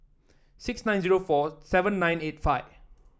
six nine zero four seven nine eight five